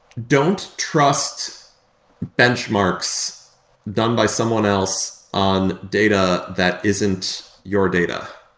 don't trust benchmarks done by someone else on data that isn't your data,